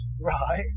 Right